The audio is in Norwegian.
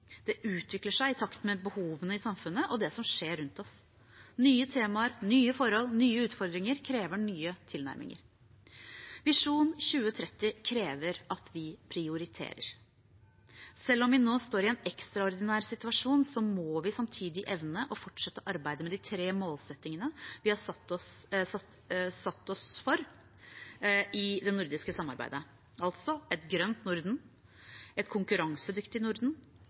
Det utvikler seg i takt med behovene i samfunnet og det som skjer rundt oss. Nye temaer, nye forhold og nye utfordringer krever nye tilnærminger. Visjon 2030 krever at vi prioriterer. Selv om vi nå står i en ekstraordinær situasjon, må vi samtidig evne å fortsette arbeidet med de tre målsettingene vi har satt oss for det nordiske samarbeidet: et grønt Norden, et konkurransedyktig Norden